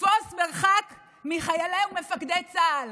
תפוס מרחק מחיילי ומפקדי צה"ל.